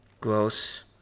Gross